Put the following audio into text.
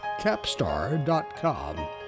Capstar.com